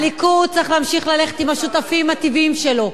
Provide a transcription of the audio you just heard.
הליכוד צריך ללכת עם השותפים הטבעיים שלו.